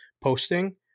posting